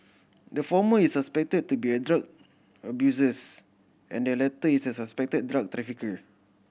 the former is suspected to be a drug abusers and the latter is a suspected drug trafficker